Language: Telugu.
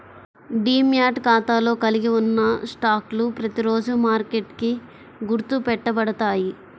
డీమ్యాట్ ఖాతాలో కలిగి ఉన్న స్టాక్లు ప్రతిరోజూ మార్కెట్కి గుర్తు పెట్టబడతాయి